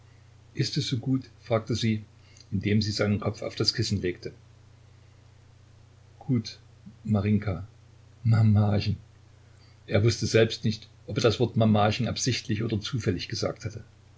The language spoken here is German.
ist es so gut fragte sie indem sie seinen kopf auf das kissen legte gut marinjka mamachen er wußte selbst nicht ob er das wort mamachen absichtlich oder zufällig gesagt hatte